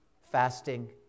fasting